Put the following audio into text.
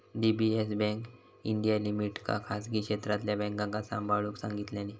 DBS bank India लिमिटेडका खासगी क्षेत्रातल्या बॅन्कांका सांभाळूक सांगितल्यानी